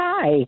Hi